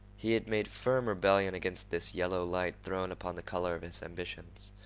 he had made firm rebellion against this yellow light thrown upon the color of his ambitions.